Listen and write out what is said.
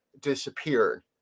disappeared